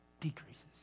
decreases